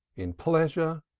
in pleasure,